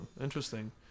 Interesting